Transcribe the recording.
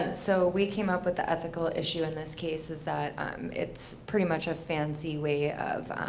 and so we came up with the ethical issue in this case is that um it's pretty much a fancy way of